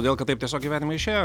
todėl kad taip tiesiog gyvenime išėjo